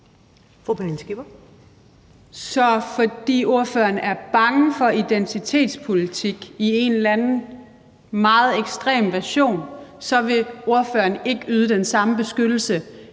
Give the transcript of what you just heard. Fordi ordføreren er bange for identitetspolitik i en eller anden meget ekstrem version, så vil ordføreren ikke yde den samme beskyttelse